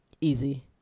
easy